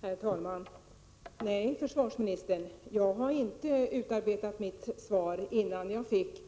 Herr talman! Nej, försvarsministern, jag hade inte utarbetat mitt inlägg innan jag fick